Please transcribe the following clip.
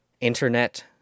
internet